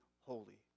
holy